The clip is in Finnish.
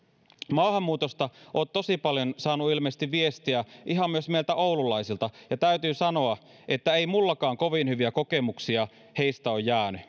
maahanmuutosta oot tosi paljon saanut ilmeisesti viestiä ihan myös meiltä oululaisilta ja täytyy sanoa että ei mullakaan kovin hyviä kokemuksia heistä oo jääny